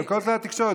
אבל כל כלי התקשורת.